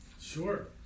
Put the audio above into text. Sure